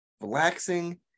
relaxing